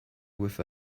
with